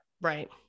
Right